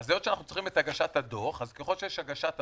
אז או שאנחנו צריכים את הגשת הדוח אז ככל שיש הגשת הדוח,